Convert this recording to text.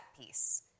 piece